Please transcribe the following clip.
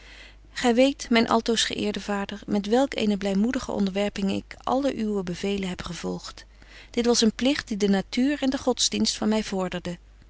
gy weet myn altoos geëerde vader met welk eene blymoedige onderwerping ik alle uwe betje wolff en aagje deken historie van mejuffrouw sara burgerhart bevelen heb gevolgt dit was een pligt die de natuur en de godsdienst van my vorderden